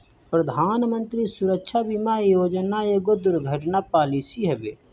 प्रधानमंत्री सुरक्षा बीमा योजना एगो दुर्घटना पॉलिसी हवे